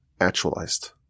actualized